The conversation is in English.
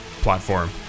platform